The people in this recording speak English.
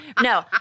no